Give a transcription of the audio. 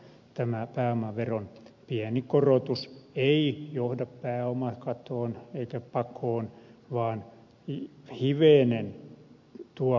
tämä pääomaveron pieni korotus ei johda pääomakatoon eikä pakoon vaan hivenen tuo oikeudenmukaisuutta tämän hyvinvointivaltion rahoituspohjaan